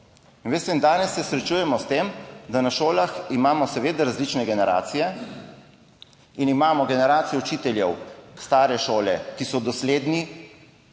veste, danes se srečujemo s tem, da na šolah imamo seveda različne generacije. Imamo generacije učiteljev stare šole, ki so dosledni,